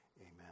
amen